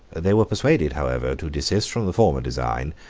they were persuaded, however, to desist from the former design,